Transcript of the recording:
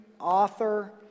author